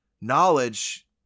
Knowledge